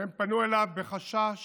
והם פנו אליו בחשש